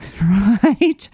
right